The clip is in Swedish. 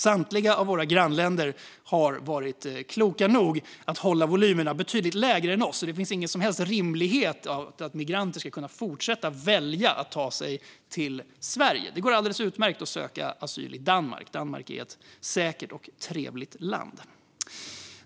Samtliga av våra grannländer har varit kloka nog att hålla volymerna betydligt lägre än vi, så det finns ingen som helst rimlighet att migranter ska kunna fortsätta att välja att ta sig till Sverige. Det går alldeles utmärkt att söka asyl i Danmark, som är ett säkert och trevligt land.